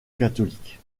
catholique